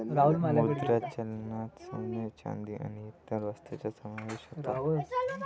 मुद्रा चलनात सोने, चांदी आणि इतर वस्तूंचा समावेश होतो